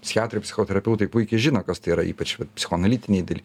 psichiatrai psichoterapeutai puikiai žino kas tai yra ypač psichoanalitinėj daly